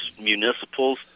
municipals